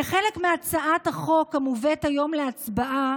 כחלק מהצעת החוק המובאת היום להצבעה